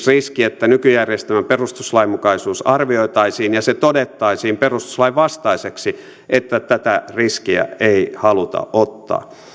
riski jos nykyjärjestelmän perustuslainmukaisuus arvioitaisiin ja se todettaisiin perustuslain vastaiseksi että tätä riskiä ei haluta ottaa